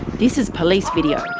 this is police video,